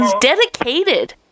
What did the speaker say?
dedicated